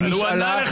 והיא נשאלה,